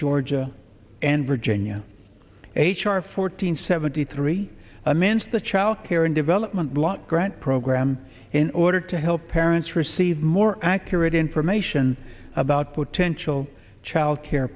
georgia and virginia h r fourteen seventy three amend the child care and development block grant program in order to help parents receive more accurate information about potential child care